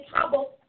trouble